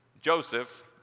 Joseph